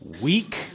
weak